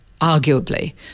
arguably